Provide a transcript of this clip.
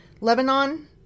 Lebanon